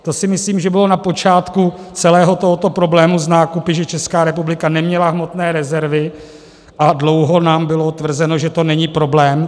To si myslím, že bylo na počátku celého tohoto problému s nákupy, že Česká republika neměla hmotné rezervy a dlouho nám bylo tvrzeno, že to není problém.